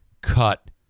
cut